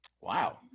Wow